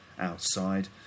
outside